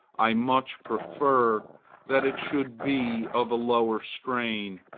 i much prefer that it should be of a lower strain,